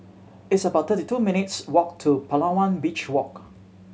it's about thirty two minutes' walk to Palawan Beach Walk